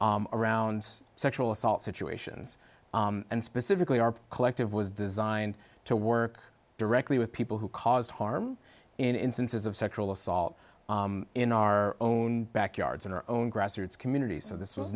around sexual assault situations and specifically our collective was designed to work directly with people who caused harm in instances of sexual assault in our own backyards in our own grassroots community so this was